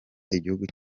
igihugu